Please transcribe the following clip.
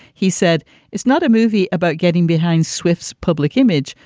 he said it's not a movie about getting behind swift's public image,